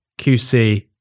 QC